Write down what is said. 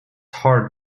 heart